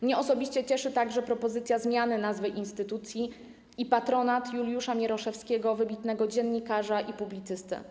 Mnie osobiście cieszy także propozycja zmiany nazwy instytucji i patronat Juliusza Mieroszewskiego, wybitnego dziennikarza i publicysty.